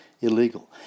illegal